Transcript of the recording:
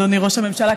אדוני ראש הממשלה,